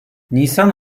nisan